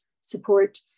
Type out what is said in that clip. support